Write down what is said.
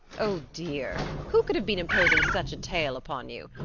oh, dear! who could have been imposing such a tale upon you?